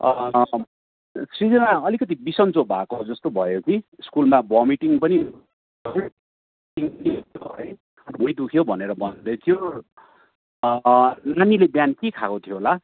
सृजना अलिकति बिसन्चो भएको जस्तो भयो कि स्कुलमा भोमिटिङ पनि भुँडी दुख्यो भनेर भन्दैथ्यो नानीले बिहान के खाएको थियो होला